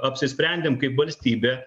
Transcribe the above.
apsisprendėm kaip valstybė